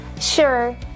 Sure